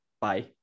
Bye